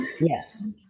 Yes